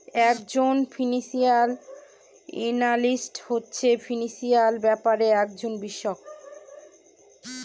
এক জন financial analyst হচ্ছে ফিনান্সিয়াল ব্যাপারের একজন বিশষজ্ঞ